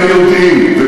גם יודעים.